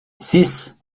six